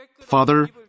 Father